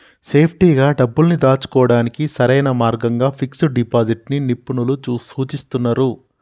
సేఫ్టీగా డబ్బుల్ని దాచుకోడానికి సరైన మార్గంగా ఫిక్స్డ్ డిపాజిట్ ని నిపుణులు సూచిస్తున్నరు